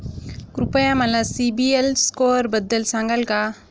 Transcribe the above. कृपया मला सीबील स्कोअरबद्दल सांगाल का?